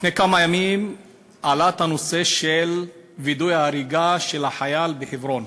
לפני כמה ימים עלה נושא וידוא ההריגה של החייל בחברון.